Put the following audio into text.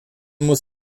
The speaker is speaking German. muss